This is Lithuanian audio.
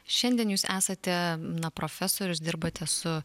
šiandien jūs esate na profesorius dirbate su